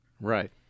Right